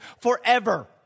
forever